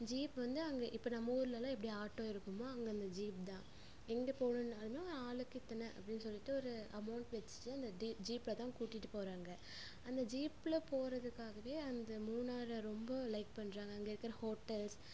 jeep வந்து அங்கே இப்போ நம்ம ஊர்லலாம் எப்படி ஆட்டோ இருக்குமோ அங்கே அந்த ஜீப் தான் எங்கே போகணும்னாலுமே ஆளுக்கு இத்தனை அப்படினு சொல்லிட்டு ஒரு அமௌண்ட் வச்சிட்டு அந்த தி ஜீப்ல தான் கூட்டிட்டு போகிறாங்க அந்த ஜீப்ல போகிறதுக்காகவே அந்த மூணாரை ரொம்ப லைக் பண்ணுறாங்க அங்கே இருக்கிற ஹோட்டல்ஸ்